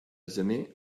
gener